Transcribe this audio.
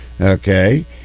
Okay